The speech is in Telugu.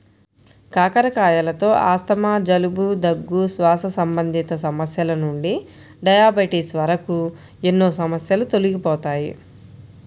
కాకరకాయలతో ఆస్తమా, జలుబు, దగ్గు, శ్వాస సంబంధిత సమస్యల నుండి డయాబెటిస్ వరకు ఎన్నో సమస్యలు తొలగిపోతాయి